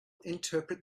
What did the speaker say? interpret